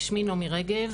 שמי נעמי רגב,